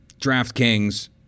DraftKings